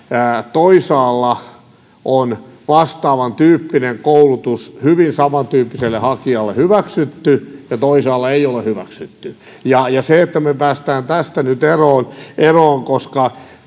toisaalla on vastaavan tyyppinen koulutus hyvin saman tyyppiselle hakijalle hyväksytty ja toisaalla ei ole hyväksytty se että me pääsemme tästä nyt eroon eroon koska